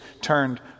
turned